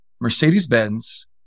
Mercedes-Benz